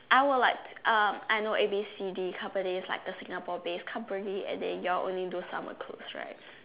I will like to um I know A B C D company like the Singapore based companies and then you all only do summer clothes right